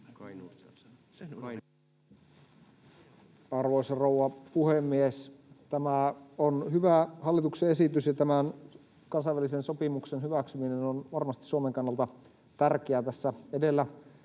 Arvoisa rouva puhemies! Tämä on hyvä hallituksen esitys, ja tämän kansainvälisen sopimuksen hyväksyminen on varmasti Suomen kannalta tärkeää. Tässä edellä